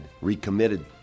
recommitted